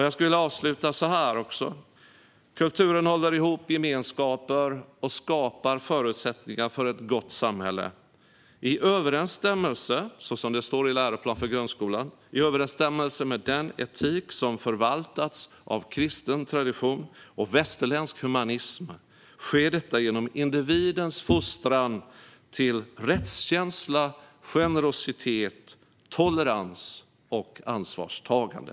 Jag vill avsluta så här: Kulturen håller ihop gemenskaper och skapar förutsättningar för ett gott samhälle. I överensstämmelse, som det står i läroplanen för grundskolan, med den etik som förvaltats av kristen tradition och västerländsk humanism sker detta genom individens fostran till rättskänsla, generositet, tolerans och ansvarstagande.